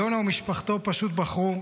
יונה ומשפחתו פשוט בחרו,